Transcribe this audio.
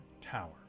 tower